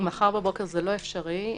מחר בבוקר זה בלתי אפשרי.